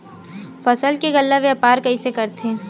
फसल के गल्ला व्यापार कइसे करथे?